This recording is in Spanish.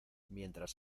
mientras